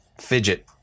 fidget